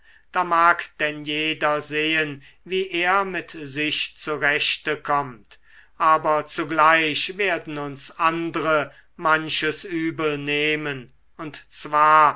da mag denn jeder sehen wie er mit sich zurechte kommt aber zugleich werden uns andre manches übel nehmen und zwar